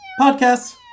podcasts